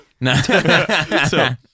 No